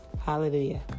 Hallelujah